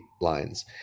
lines